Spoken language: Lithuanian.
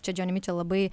čia džioni mičel labai